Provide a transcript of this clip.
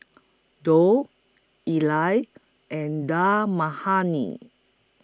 and Dal Makhani